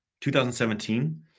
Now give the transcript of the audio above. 2017